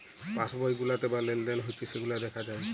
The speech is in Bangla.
পাস বই গুলাতে যা লেলদেল হচ্যে সেগুলা দ্যাখা যায়